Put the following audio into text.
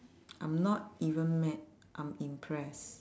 I'm not even mad I'm impressed